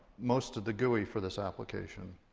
most of the gui for this application.